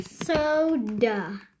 soda